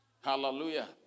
Hallelujah